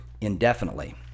indefinitely